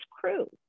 crew